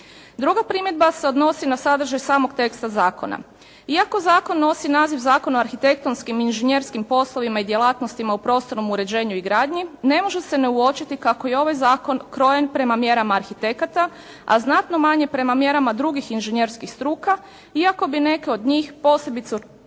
Druga primjedba se odnosi na sadržaj samog teksta zakona. Iako zakon nosi naziv Zakon o arhitektonskim i inžinjerskim poslovima i djelatnostima u prostornom uređenju i gradnji ne može se ne uočiti kako je ovaj zakon krojen prema mjerama arhitekata, a znatno manje prema mjerama drugih inžinjerskih struka iako bi neke od njih posebice